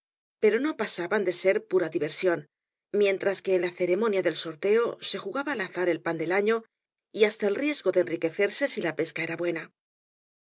pero no pasaban de ber pura diversión mientras qua en la ceremonia del sorteo se jugaba al azar el pan del afio y hasta el riesgo da enri quecerse si la pesca era buena